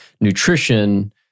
Nutrition